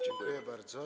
Dziękuję bardzo.